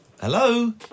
Hello